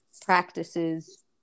practices